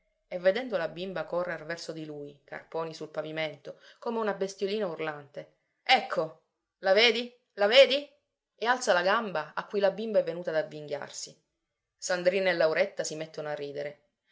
e vedendo la bimba correr verso di lui carponi sul pavimento come una bestiolina urlante ecco la vedi la vedi e alza la gamba a cui la bimba è venuta ad avvinghiarsi sandrina e lauretta si mettono a ridere